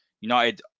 united